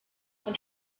and